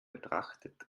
betrachtet